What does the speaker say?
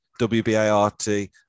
WBART